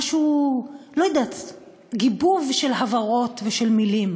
לא יודעת, גיבוב של הברות ושל מילים.